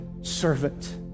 servant